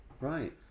Right